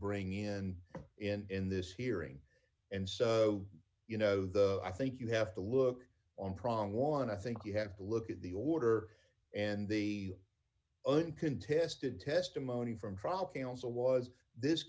bring in in this hearing and so you know the i think you have to look on prong one i think you have to look at the order and the uncontested testimony from trial counsel was this